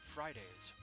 Fridays